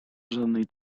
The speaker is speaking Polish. żadnej